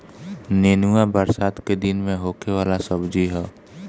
नेनुआ बरसात के दिन में होखे वाला सब्जी हअ